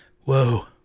Whoa